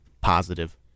Positive